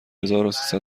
هزاروسیصد